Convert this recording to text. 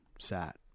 Sat